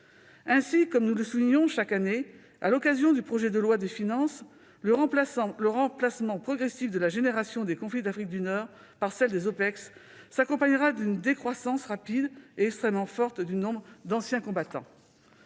Ainsi, comme nous le soulignons chaque année à l'occasion de l'examen du projet de loi de finances, le remplacement progressif de la génération des conflits d'Afrique du Nord par celle des OPEX s'accompagnera d'une décroissance rapide et extrêmement forte du nombre d'anciens combattants.